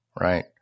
right